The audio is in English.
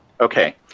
Okay